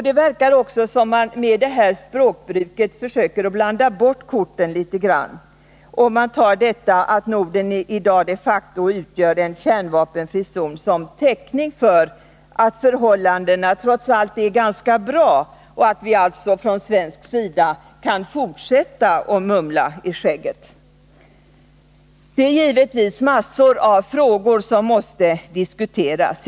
Det verkar också som om man med det här språkbruket försöker blanda bort korten, och man tar detta att Norden i dag de facto utgör en kärnvapenfri zon som täckning för påståendet att förhållandena trots allt är ganska bra och att vi alltså från svensk sida kan fortsätta att mumla i skägget. Det är givetvis mängder av frågor som måste diskuteras.